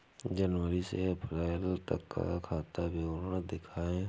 जनवरी से अप्रैल तक का खाता विवरण दिखाए?